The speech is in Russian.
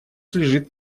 лежит